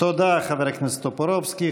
תודה, חבר הכנסת טופורובסקי.